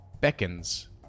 beckons